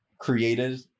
created